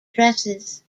dresses